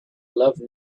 love